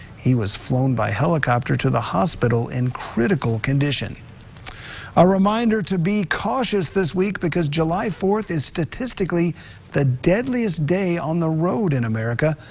he was flown by helicopter to the hospital in critical condition. rick a reminder to be cauthious this week because july fourth is statistically the deadliest day on the road in america.